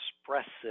expressive